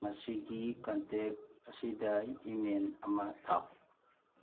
ꯃꯁꯤꯒꯤ ꯀꯟꯇꯦꯛ ꯑꯁꯤꯗ ꯏꯃꯦꯟ ꯑꯃ ꯊꯥꯎ